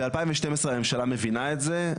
ב-2012 הממשלה מבינה את זה,